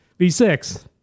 V6